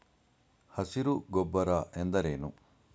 ಹಸಿರು ಗೊಬ್ಬರ ಎಂದರೇನು?